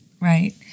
Right